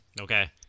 Okay